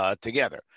Together